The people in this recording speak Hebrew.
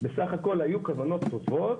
בסך הכל היו כוונות טובות.